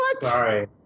Sorry